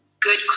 good